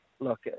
Look